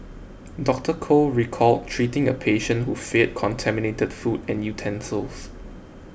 Doctor Koh recalled treating a patient who feared contaminated food and utensils